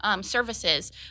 services